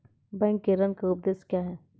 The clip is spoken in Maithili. बैंक के ऋण का उद्देश्य क्या हैं?